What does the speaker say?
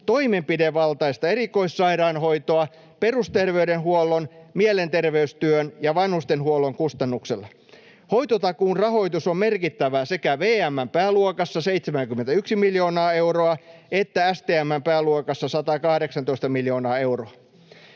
toimenpidevaltaista erikoissairaanhoitoa perusterveydenhuollon, mielenterveystyön ja vanhustenhuollon kustannuksella. Hoitotakuun rahoitus on merkittävä sekä VM:n pääluokassa, 71 miljoonaa euroa, että STM:n pääluokassa, 118 miljoonaa euroa.